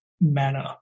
manner